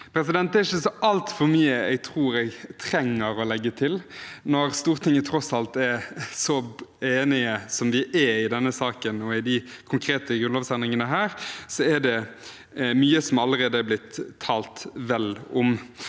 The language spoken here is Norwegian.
taler. Det er ikke så mye jeg tror jeg trenger å legge til, når Stortinget tross alt er så enige som vi er i denne saken og i disse konkrete grunnlovsendringene, og så er det mye som allerede er blitt talt vel om.